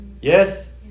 Yes